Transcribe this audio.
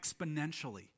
exponentially